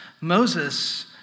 Moses